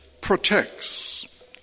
protects